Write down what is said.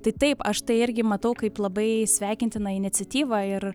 tai taip aš tai irgi matau kaip labai sveikintiną iniciatyvą ir